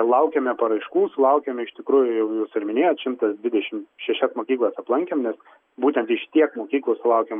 laukiame paraiškų sulaukėme iš tikrųjų jau jūs ir minėjot šimtas dvidešimt šešias mokyklas aplankėm nes būtent iš tiek mokyklų sulaukėm